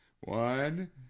One